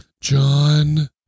John